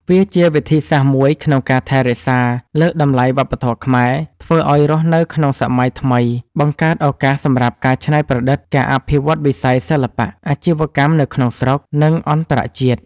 វាជាវិធីសាស្រ្តមួយក្នុងការថែរក្សា លើកតម្លៃវប្បធម៌ខ្មែរ ធ្វើឲ្យរស់នៅក្នុងសម័យថ្មី បង្កើតឱកាសសម្រាប់ការច្នៃប្រឌិត ការអភិវឌ្ឍវិស័យសិល្បៈ អាជីវកម្មនៅក្នុងស្រុក និងអន្តរជាតិ។